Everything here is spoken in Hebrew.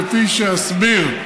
כפי שאסביר.